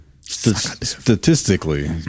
Statistically